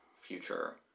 future